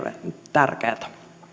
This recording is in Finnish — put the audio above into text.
tärkeätä